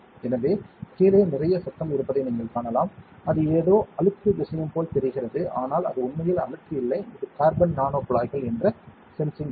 எனவே கீழே நிறைய சத்தம் இருப்பதை நீங்கள் காணலாம் அது ஏதோ அழுக்கு விஷயம் போல் தெரிகிறது ஆனால் அது உண்மையில் அழுக்கு இல்லை இது கார்பன் நானோ குழாய்கள் என்ற சென்சிங் பொருள்